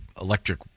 electric